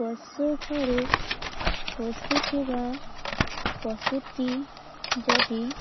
ପଶୁ ଘରେ ପୋଷିଥିବା ପଶୁଟି ଯଦି